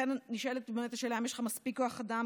לכן נשאלת השאלה אם יש לך מספיק כוח אדם